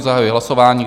Zahajuji hlasování.